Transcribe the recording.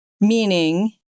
Meaning